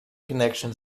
connections